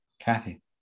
Kathy